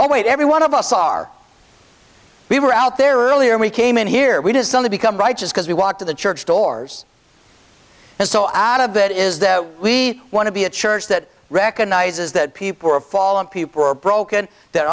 oh wait every one of us are we were out there earlier we came in here we did some to become righteous because we walk to the church doors and so out of that is that we want to be a church that recognizes that people are fall and people are broken that